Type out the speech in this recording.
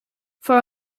for